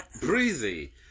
Breezy